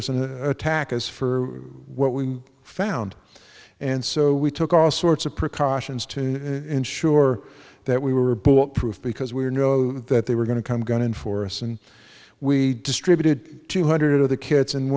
us and attack us for what we found and so we took all sorts of precautions to ensure that we were bulletproof because we were know that they were going to come going for us and we distributed two hundred of the kits and